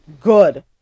Good